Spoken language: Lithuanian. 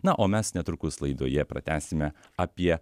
na o mes netrukus laidoje pratęsime apie